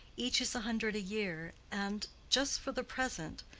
each is a hundred a year and just for the present,